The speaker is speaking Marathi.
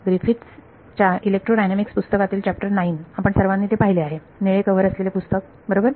ग्रिफिथ्स च्या इलेक्ट्रोडायनामिक्स पुस्तकातील चॅप्टर 9 आपण सर्वांनी ते पाहिले आहे निळे कव्हर असलेले पुस्तक बरोबर